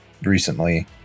recently